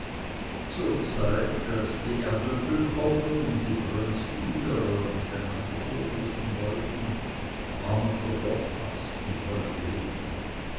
zur zeit als die erdöpfelkofer und die brönzwylerer mit einander hurnußen wollten war noch der dorfhaß in vollem leben